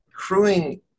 crewing